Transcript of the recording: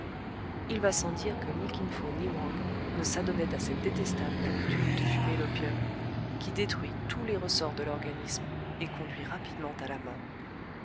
il va sans dire que ni kin fo ni wang ne s'adonnaient à cette détestable habitude de fumer l'opium qui détruit tous les ressorts de l'organisme et conduit rapidement à la mort